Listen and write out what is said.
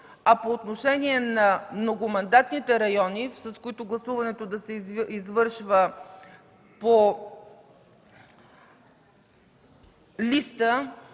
а по отношение на многомандатните райони, с които гласуването да се извършва по листа